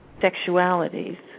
sexualities